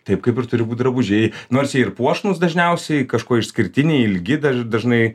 taip kaip ir turi būt drabužiai nors jie ir puošnūs dažniausiai kažkuo išskirtiniai ilgi daž dažnai